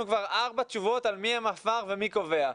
כבר ארבע תשובות על מי המפמ"ר ומי קובע.